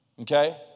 Okay